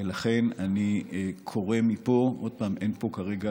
ולכן אני קורא מפה, עוד פעם, אין פה כרגע